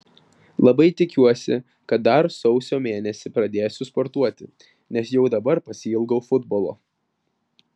labai tikiuosi kad dar sausio mėnesį pradėsiu sportuoti nes jau dabar pasiilgau futbolo